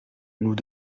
nous